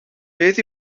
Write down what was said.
beth